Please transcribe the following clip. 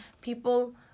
people